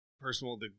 Personal